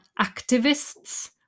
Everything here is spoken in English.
activists